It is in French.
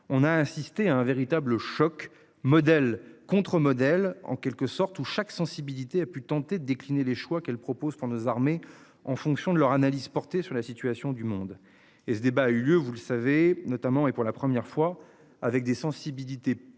on a insisté un véritable choc modèle contre modèle en quelque sorte où chaque sensibilité a pu tenter décliner les choix qu'elle propose pour nos armées en fonction de leur analyse porté sur la situation du monde et ce débat a eu lieu, vous le savez notamment et pour la première fois avec des sensibilités politiques